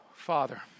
Father